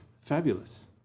fabulous